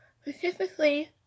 Specifically